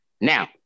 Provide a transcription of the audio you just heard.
Now